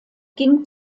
ging